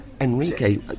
Enrique